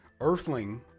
Earthling